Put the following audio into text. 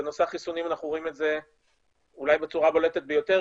בנושא החיסונים אנחנו רואים את זה אולי בצורה הבולטת ביותר,